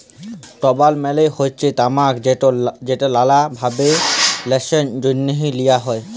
টবাক মালে হচ্যে তামাক যেট লালা ভাবে ল্যাশার জ্যনহে লিয়া হ্যয়